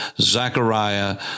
Zachariah